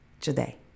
today